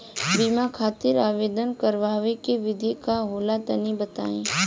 बीमा खातिर आवेदन करावे के विधि का होला तनि बताईं?